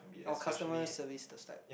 oh customer service those type